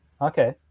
Okay